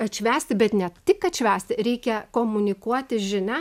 atšvęsti bet ne tik atšvęsti reikia komunikuoti žinią